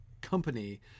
company